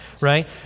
right